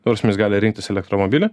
ta prasme jis gali rinktis elektromobilį